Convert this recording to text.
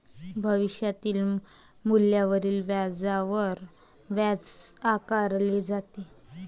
भविष्यातील मूल्यावरील व्याजावरच व्याज आकारले जाते